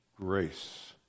grace